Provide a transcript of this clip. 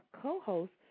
co-host